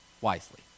wisely